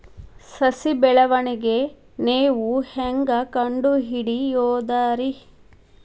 ಸಸಿ ಬೆಳವಣಿಗೆ ನೇವು ಹ್ಯಾಂಗ ಕಂಡುಹಿಡಿಯೋದರಿ?